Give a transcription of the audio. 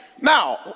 Now